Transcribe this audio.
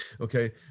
Okay